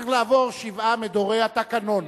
הוא צריך לעבור שבעה מדורי התקנון.